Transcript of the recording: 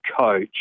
coach